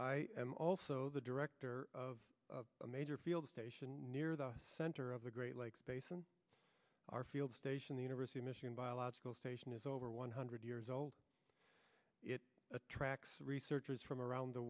i am also the director of a major field station near the center of the great lakes basin our field station the university of michigan biological station is over one hundred years old it attracts researchers from around the